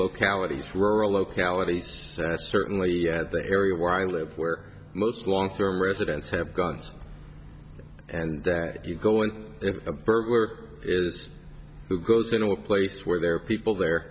localities were localities certainly at the area where i live where most long term residents have guns and that you go in if a burglar is who goes into a place where there are people there